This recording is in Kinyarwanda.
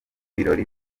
birori